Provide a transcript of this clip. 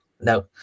no